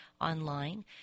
online